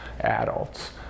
adults